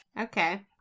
okay